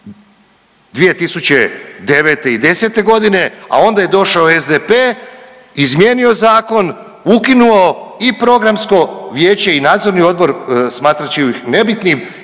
2009. i '10.g., a onda je došao SDP, izmijenio zakon, ukinuo i programsko vijeće i nadzorni odbor smatrajući ih nebitnih